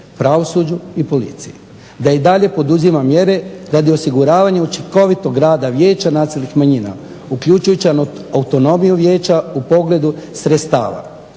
pravosuđu i policiji. Da i dalje poduzima mjere radi osiguravanja učinkovitog rada vijeća nacionalnih manjina uključujući autonomiju vijeća u pogledu sredstava.